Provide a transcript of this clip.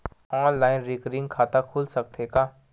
Online recurring खाता खुल सकथे का?